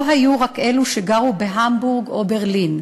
לא היו רק אלו שגרו בהמבורג או בברלין,